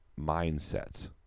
mindsets